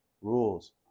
rules